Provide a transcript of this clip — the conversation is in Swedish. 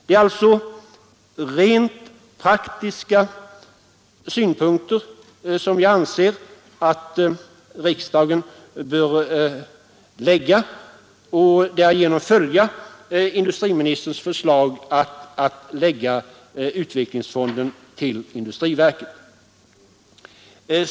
Det är alltså ur rent praktiska synpunkter som jag anser att riksdagen bör följa industriministerns förslag och lägga utvecklingsfonden till industriverket.